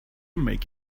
make